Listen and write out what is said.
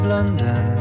London